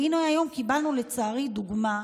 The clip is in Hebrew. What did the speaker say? והינה, היום קיבלנו דוגמה,